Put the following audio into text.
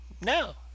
No